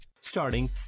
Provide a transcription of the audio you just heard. Starting